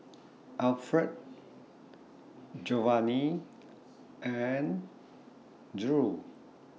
Alferd Jovany and Drew